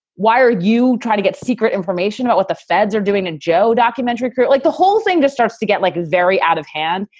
why are you trying to get secret information about what the feds are doing, a joe documentary or like the whole thing starts to get like very out of hand.